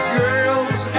girls